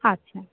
আচ্ছা